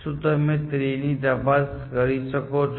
શું તમે ટ્રી તપાસી શકો છો